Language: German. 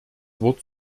wort